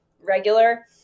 regular